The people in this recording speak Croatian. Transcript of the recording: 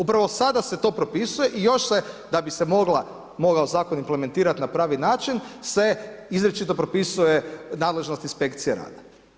Upravo sada se to propisuje i još se da bi se mogao zakon implementirati na pravi način se izričito propisuje nadležnost inspekcije rada.